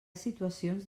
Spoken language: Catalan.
situacions